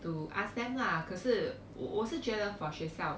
to ask them lah 可是我是觉得 for 学校